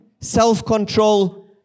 self-control